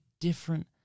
different